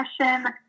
question